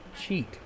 Cheat